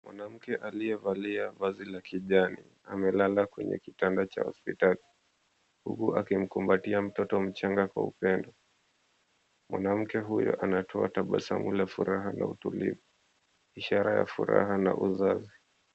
Mwanamke aliyevalia vazi la kijani amelala kwenye kitanda cha hospitali huku akimkumbatia mtoto mchanga kwa upendo. Mwanamke huyu anatoa tabasamu la furaha na utulivu ishara ya furaha na uzazi.